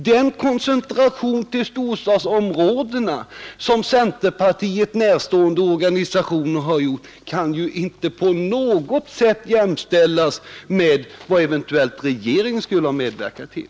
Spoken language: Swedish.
Den koncentration till storstadsområdena som centerpartiet närstående organisationer har gjort kan inte på något sätt jämställas med vad regeringen eventuellt kan ha medverkat till.